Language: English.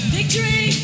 Victory